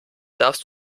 darfst